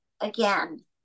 again